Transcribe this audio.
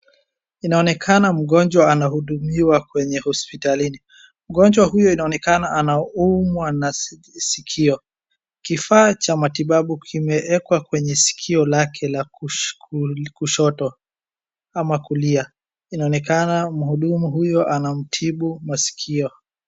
Inaonekana mgonjwa anahudumiwa kwenye hosipitalini. Mgonjwa huyo inaonekana anaumwa na skio. Kifaa cha matibabu kimeekwa kwenye skio lake la kushoto ama kulia. Inaonekana mhudumu huyo anamtibu maskio.